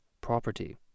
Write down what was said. property